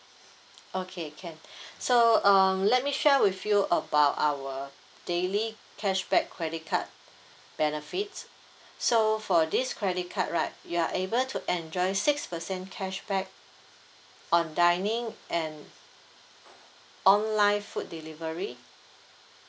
okay can so um let me share with you about our daily cashback credit card benefit so for this credit card right you are able to enjoy six percent cashback on dining and online food delivery